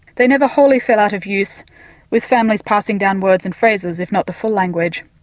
they never wholly fell out of use with families passing down words and phrases, if not the full language.